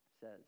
says